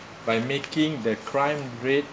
by making the crime rate